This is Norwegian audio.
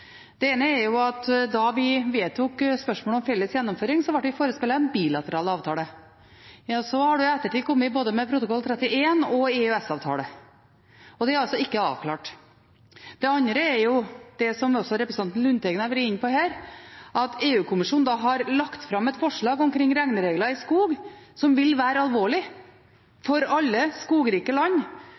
Det ene er at da vi vedtok spørsmålet om felles gjennomføring, var vi forespeilet en bilateral avtale. Så har en i ettertid kommet med både protokoll 31 og EØS-avtale, og det er altså ikke avklart. Det andre er det som også representanten Lundteigen har vært inne på her, at EU-kommisjonen har lagt fram et forslag omkring regneregler for skog som vil være alvorlig for alle skogrike land,